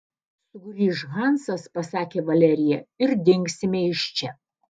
sugrįš hansas pasakė valerija ir dingsime iš čia